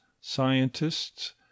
scientists